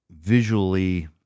visually